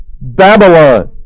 Babylon